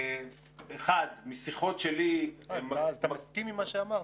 אז אתה מסכים עם מה שאמרתי.